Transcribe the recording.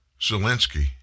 Zelensky